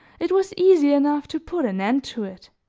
it was easy enough to put an end to it.